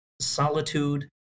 solitude